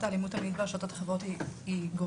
האלימות המינית ברשתות החברתיות גוברת,